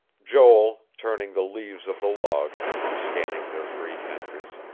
joel, turning the leaves of the log, and scanning their brief entries,